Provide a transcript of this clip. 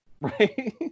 right